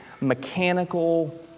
mechanical